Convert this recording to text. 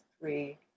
three